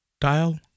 Dial